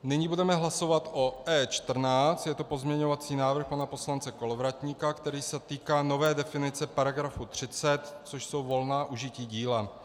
Nyní budeme hlasovat o E14, je to pozměňovací návrh pana poslance Kolovratníka, který se týká nové definice § 30, což jsou volná užití díla.